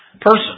person